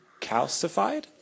calcified